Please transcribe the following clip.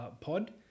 pod